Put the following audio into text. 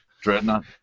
Dreadnought